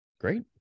Great